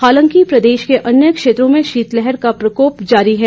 हालांकि प्रदेश के अन्य क्षेत्रों में शीतलहर का प्रकोप जारी है